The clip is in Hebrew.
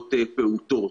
עבירות פעוטות.